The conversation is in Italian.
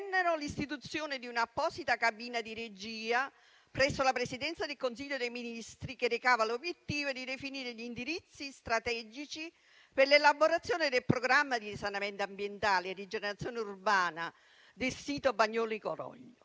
l'istituzione di un'apposita cabina di regia presso la Presidenza del Consiglio dei ministri, che recava l'obiettivo di definire gli indirizzi strategici per l'elaborazione del programma di risanamento ambientale e rigenerazione urbana del sito Bagnoli-Coroglio.